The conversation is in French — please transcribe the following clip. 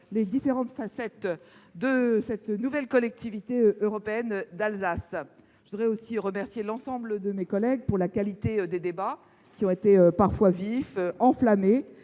les différentes facettes de cette nouvelle Collectivité européenne d'Alsace. Je voudrais aussi remercier l'ensemble de mes collègues de la qualité des débats : ceux-ci ont parfois été vifs, voire enflammés,